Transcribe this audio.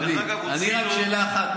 דרך אגב, דודי, אני רק שאלה אחת.